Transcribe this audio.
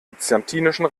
byzantinischen